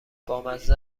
بامزه